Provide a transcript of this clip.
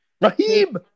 Raheem